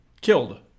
killed